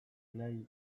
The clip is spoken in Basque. nahi